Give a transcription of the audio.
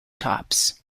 tops